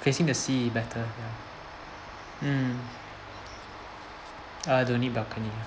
facing the sea better ya mm uh don't need balcony lah